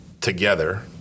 together